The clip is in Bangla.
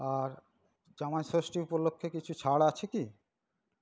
আর জামাই ষষ্ঠী উপলক্ষ্যে কিছু ছাড় আছে কি